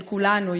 של כולנו,